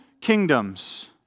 kingdoms